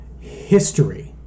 history